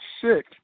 sick